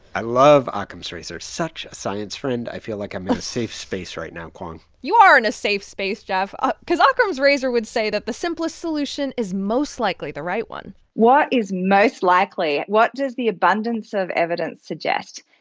i love occam's razor. such science friend. i feel like i'm in a safe space right now, kwong you are in a safe space, geoff, ah because ah occam's razor would say that the simplest solution is most likely the right one what is most likely? what does the abundance of evidence suggest?